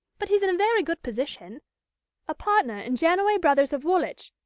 but he's in a very good position a partner in jannaway brothers of woolwich,